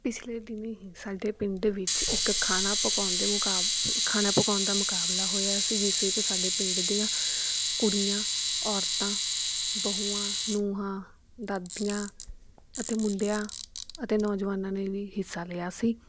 ਪਿਛਲੇ ਦਿਨੀ ਹੀ ਸਾਡੇ ਪਿੰਡ ਵਿੱਚ ਇੱਕ ਖਾਣਾ ਪਕਾਉਣ ਦੇ ਮੁਕਾਬ ਖਾਣਾ ਪਕਾਉਣ ਦਾ ਮੁਕਾਬਲਾ ਹੋਇਆ ਸੀ ਜਿਸ ਵਿੱਚ ਸਾਡੇ ਪਿੰਡ ਦੀਆਂ ਕੁੜੀਆਂ ਔਰਤਾਂ ਬਹੂਆਂ ਨੂੰਹਾਂ ਦਾਦੀਆਂ ਅਤੇ ਮੁੰਡਿਆਂ ਅਤੇ ਨੌਜਵਾਨਾਂ ਨੇ ਵੀ ਹਿੱਸਾ ਲਿਆ ਸੀ